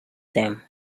them